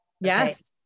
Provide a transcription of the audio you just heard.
Yes